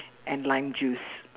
and lime juice